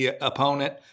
opponent